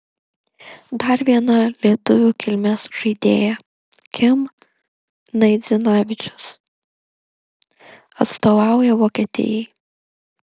dar viena lietuvių kilmės žaidėja kim naidzinavičius atstovauja vokietijai